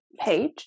page